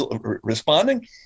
responding